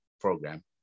program